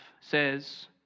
says